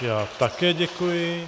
Já také děkuji.